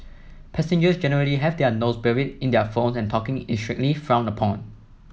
passengers generally have their nose buried in their phones and talking is strictly frowned upon